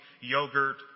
yogurt